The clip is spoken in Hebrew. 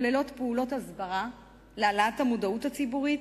פעולות הסברה להגברת המודעות הציבורית,